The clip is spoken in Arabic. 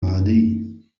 عادي